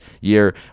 year